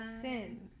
Sin